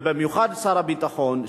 ובמיוחד שר הביטחון,